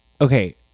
Okay